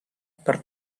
per